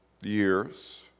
years